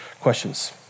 questions